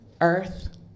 earth